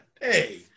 Hey